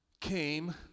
came